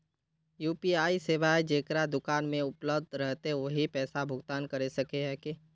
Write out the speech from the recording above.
UPI सेवाएं जेकरा दुकान में उपलब्ध रहते वही पैसा भुगतान कर सके है की?